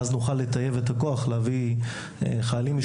ואז נוכל לטייב את הכוח להביא חיילים משוחררים